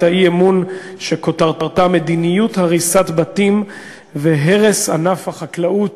האי-אמון שכותרתה: מדיניות הריסת בתים והרס ענף החקלאות